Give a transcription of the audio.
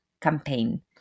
Campaign